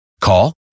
Call